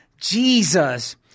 Jesus